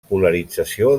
polarització